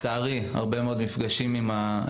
לצערי, היו לי הרבה מאוד מפגשים עם המשטרה.